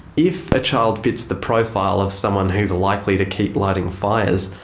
if a child fits the profile of someone who's likely to keep lighting fires,